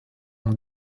ont